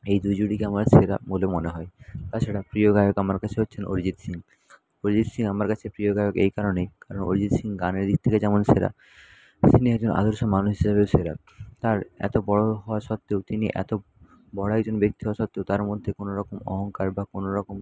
এই দুই জুটিকে আমার সেরা বলে মনে হয় তাছাড়া প্রিয় গায়ক আমার কাছে হচ্ছেন অরিজিৎ সিং অরিজিৎ সিং আমার কাছে প্রিয় গায়ক এই কারণেই কারণ অরিজিৎ সিং গানের দিক থেকে যেমন সেরা একজন আদর্শ মানুষ হিসাবেও সেরা তাঁর এত বড়ো হওয়ার সত্ত্বেও তিনি এত বড়ো একজন ব্যক্তি হওয়া সত্ত্বেও তাঁর মধ্যে কোনও রকম অহংকার বা কোনও রকম